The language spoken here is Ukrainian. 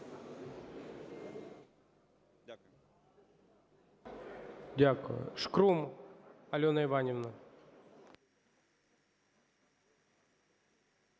Дякую. Шкрум Альона Іванівна.